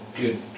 good